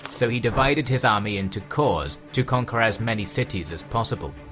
so he divided his army into corps to conquer as many cities as possible.